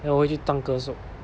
then 我会去当歌手